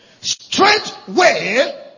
Straightway